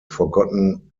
forgotten